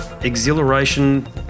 exhilaration